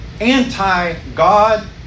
anti-God